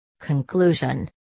Conclusion